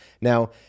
now